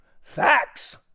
Facts